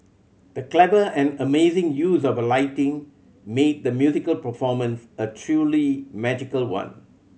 the clever and amazing use of lighting made the musical performance a truly magical one